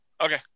Okay